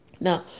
Now